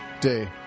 Day